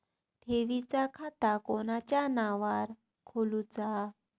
ठेवीचा खाता कोणाच्या नावार खोलूचा?